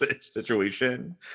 situation